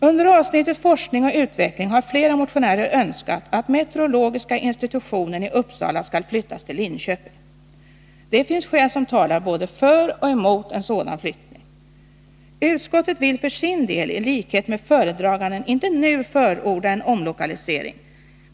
Under avsnittet forskning och utveckling har flera motionärer önskat att meteorologiska institutionen i Uppsala skall flyttas till Linköping. Det finns skäl som talar både för och emot en sådan flyttning. Utskottet vill för sin del i likhet med föredraganden inte nu förorda en omlokalisering.